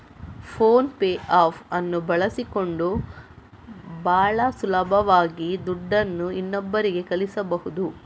phone pay app ಅನ್ನು ಬಳಸಿಕೊಂಡು ಭಾಳ ಸುಲಭದಲ್ಲಿ ದುಡ್ಡನ್ನು ಇನ್ನೊಬ್ಬರಿಗೆ ಕಳಿಸಬಹುದು